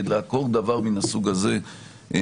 כדי לעקור דבר מן הסוג הזה מהשורש.